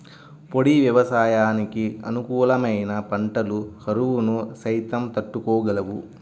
పొడి వ్యవసాయానికి అనుకూలమైన పంటలు కరువును సైతం తట్టుకోగలవు